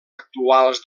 actuals